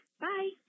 bye